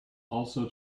also